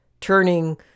turning